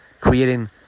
creating